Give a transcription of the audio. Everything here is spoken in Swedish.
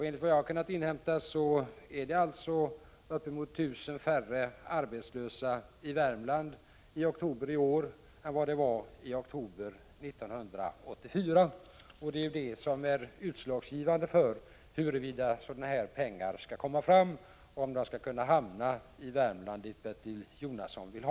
Enligt vad jag har kunnat inhämta var det i oktober i år uppemot 1 000 färre arbetslösa i Värmland jämfört med i oktober 1984. Det är ju det som är utslagsgivande för om det skall bli några pengar i sådana här fall och om pengarna i så fall skall anslås för Värmland — som Bertil Jonasson vill.